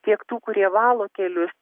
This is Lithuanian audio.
tiek tų kurie valo kelius